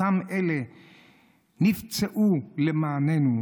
אותם אלה נפצעו למעננו,